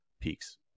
peaks